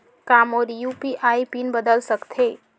का मोर UPI PIN बदल सकथे?